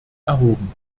erhoben